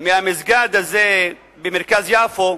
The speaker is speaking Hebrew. מהמסגד הזה במרכז יפו,